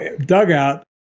dugout